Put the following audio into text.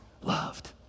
loved